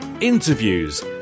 interviews